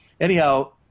Anyhow